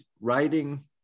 writing